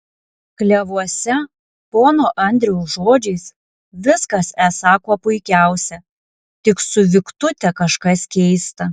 klevuose pono andriaus žodžiais viskas esą kuo puikiausia tik su viktute kažkas keista